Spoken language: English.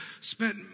spent